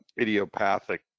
idiopathic